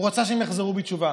הוא רצה שהם יחזרו בתשובה.